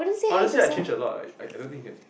honestly I changed a lot lah I I don't think you can